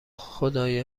خدای